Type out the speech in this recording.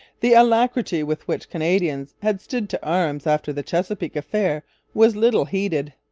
the alacrity with which canadians had stood to arms after the chesapeake affair was little heeded.